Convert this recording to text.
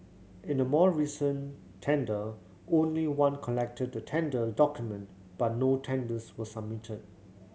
in a more recent tender only one collected the tender document but no tenders were submitted